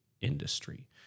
industry